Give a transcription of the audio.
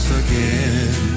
again